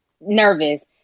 nervous